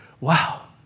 Wow